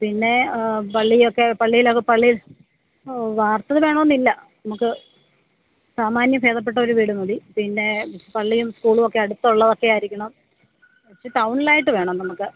പിന്നേ പള്ളിയൊക്കെ പള്ളിയിലൊക്കെ പള്ളിയിൽ വാർത്തത് വേണമെന്നില്ല നമുക്ക് സാമാന്യം ഭേദപ്പെട്ടൊരു വീട് മതി പിന്നേ പള്ളിയും സ്കൂളുമൊക്കെ അടുത്തുള്ളതൊക്കെയായിരിക്കണം ഇച്ച് ടൗണിലായിട്ടു വേണം നമുക്ക്